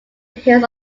hills